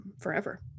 forever